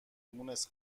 مونس